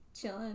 Chilling